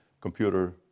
computer